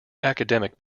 academic